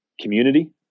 community